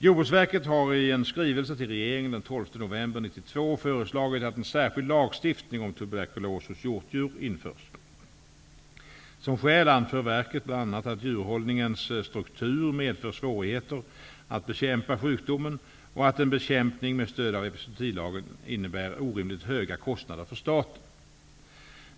Jordbruksverket har i en skrivelse till regeringen den 12 november 1992 föreslagit att en särskild lagstiftning om tuberkulos hos hjortdjur införs. Som skäl anför verket bl.a. att djurhållningens struktur medför svårigheter att bekämpa sjukdomen och att en bekämpning med stöd av epizootilagen innebär orimligt höga kostnader för staten.